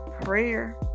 prayer